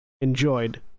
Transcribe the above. enjoyed